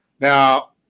Now